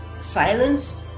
silence